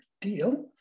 deal